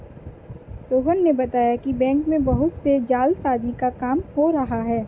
सोहन ने बताया कि बैंक में बहुत से जालसाजी का काम हो रहा है